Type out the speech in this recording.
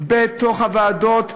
בתוך הוועדות הקיימות,